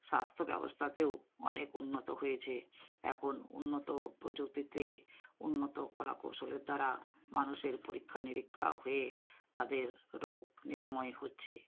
স্বাস্থ্যব্যবস্থাতেও অনেক উন্নত হয়েছে এখন উন্নত প্রযুক্তিতে উন্নত কলা কৌশলের দ্বারা মানুষের পরীক্ষা নিরীক্ষা হয়ে তাদের রোগ নিরাময় হছে